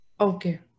Okay